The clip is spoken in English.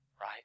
right